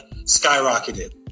skyrocketed